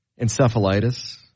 Encephalitis